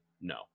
no